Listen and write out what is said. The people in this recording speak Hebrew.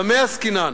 במה עסקינן?